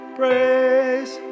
praise